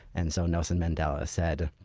and so nelson mandela said,